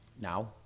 Now